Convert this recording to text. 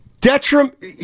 detriment